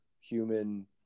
human